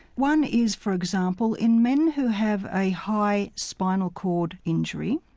one is, for example, in men who have a high spinal cord injury,